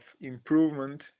improvement